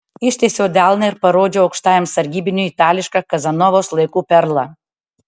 ištiesiau delną ir parodžiau aukštajam sargybiniui itališką kazanovos laikų perlą